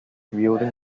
wielding